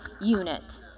unit